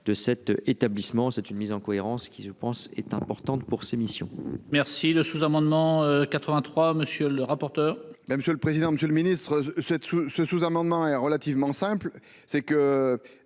de cet établissement, c'est une mise en cohérence qui je pense est importante pour ses missions. Merci le sous-amendement 83 monsieur le rapporteur. Mais monsieur le président, Monsieur le Ministre cette ce sous-amendement est relativement simple,